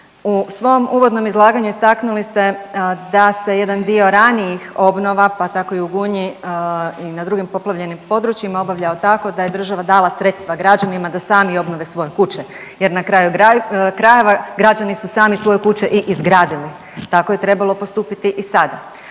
U svom uvodnom izlaganju istaknuli ste da se jedan dio ranijih obnova, pa tako i u Gunji i na drugim poplavljenim područjima obavljao tako da je država dala sredstva građanima da sami obnove svoje kuće jer na kraju krajeva, građani su sami svoje kuće i izradili, tako je trebalo postupiti i sada,